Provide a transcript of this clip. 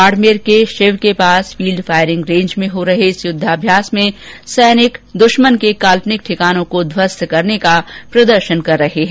बाडमेर के शिव के पास फील्ड फायरिंग रेज में हो रहे इस युद्धाभ्यास में सैनिक दुश्मन के काल्पनिक ठिकानों को ध्वस्त करने का प्रदर्शन कर रहे हैं